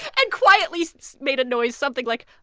and quietly so made a noise, something like,